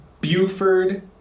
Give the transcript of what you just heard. Buford